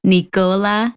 Nicola